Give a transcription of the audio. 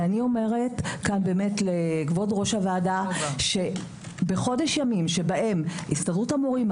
ואני אומרת לכבוד ראש הוועדה שבחודש ימים בהם הסתדרות המורים,